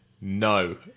No